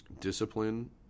discipline